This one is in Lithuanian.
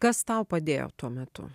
kas tau padėjo tuo metu